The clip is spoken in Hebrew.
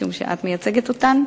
משום שאת מייצגת אותן,